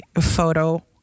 photo